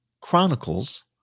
Chronicles